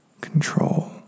control